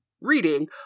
reading